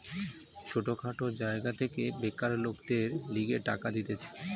ছোট খাটো জায়গা থেকে বেকার লোকদের লিগে টাকা দিতেছে